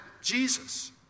Jesus